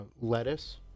Lettuce